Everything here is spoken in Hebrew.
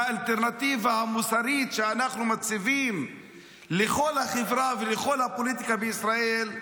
או באלטרנטיבה המוסרית שאנחנו מציבים לכל החברה ולכל הפוליטיקה בישראל,